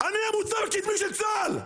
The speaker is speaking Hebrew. אני המוצב הקדמי של צה"ל,